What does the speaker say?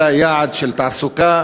אלא יעד של תעסוקה,